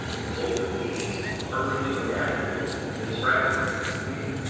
and both of these are linked to a natural world that is rapidly being depleted.